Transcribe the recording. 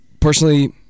personally